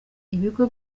ibigo